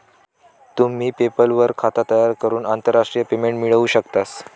तुम्ही पेपल वर खाता तयार करून आंतरराष्ट्रीय पेमेंट मिळवू शकतास